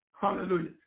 hallelujah